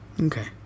Okay